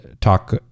talk